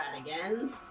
again